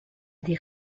des